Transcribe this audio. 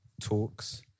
talks